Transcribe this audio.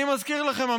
אני מזכיר לכם,